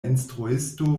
instruisto